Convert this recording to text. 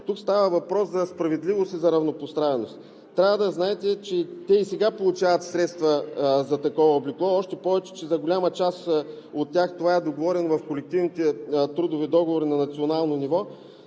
Тук става въпрос за справедливост и за равнопоставеност. Трябва да знаете, че те и сега получават средства за такова облекло, още повече че за голяма част от тях това е договорено в колективните трудови договори на национално ниво.